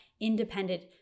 independent